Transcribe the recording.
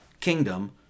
kingdom